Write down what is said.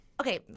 Okay